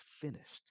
finished